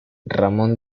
ramón